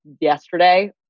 yesterday